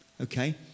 okay